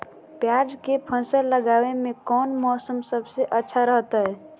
प्याज के फसल लगावे में कौन मौसम सबसे अच्छा रहतय?